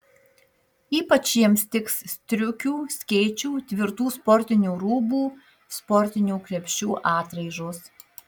ypač jiems tiks striukių skėčių tvirtų sportinių rūbų sportinių krepšių atraižos